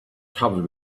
covered